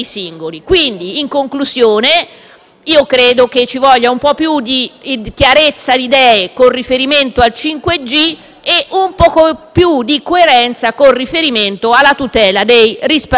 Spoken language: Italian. credo che ci voglia un po' più di chiarezza di idee, con riferimento alla questione del 5G, e un poco più di coerenza con riferimento alla tutela dei risparmiatori.